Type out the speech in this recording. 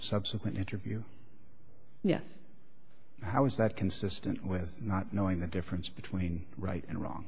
subsequent interview yes how is that consistent with not knowing the difference between right and wrong